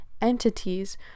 entities